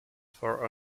for